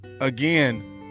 Again